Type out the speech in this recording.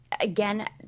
again